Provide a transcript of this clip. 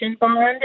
bond